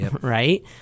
right